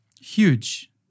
huge